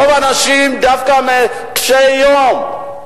רוב האנשים דווקא קשי יום.